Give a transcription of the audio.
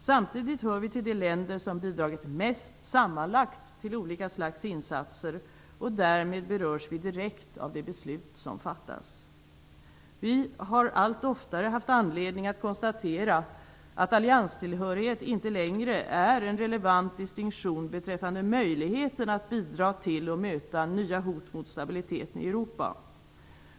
Samtidigt hör vi till de länder som sammanlagt har bidragit mest till olika slags insatser. Därmed berörs vi direkt av de beslut som fattas. Vi har allt oftare haft anledning att konstatera att allianstillhörighet inte längre är en relevant distinktion beträffande möjligheten att bidra till och möta nya hot mot stabiliteten i Europa.